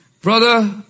brother